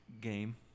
game